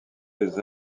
des